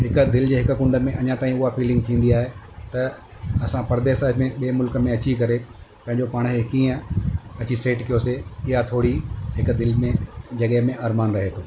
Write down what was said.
हिकु दिलि जे हिकु कुंड में अञा ताईं उहा फ़ीलिंग थींदी आहे त असां परदेस में ॿिए मुल्क में अची करे पंहिंजो पाण खे कीअं अची सेट कयोसीं या थोरी हिकु दिलि में जॻह में अरमानु रहे थो